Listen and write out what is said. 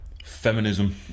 Feminism